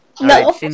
No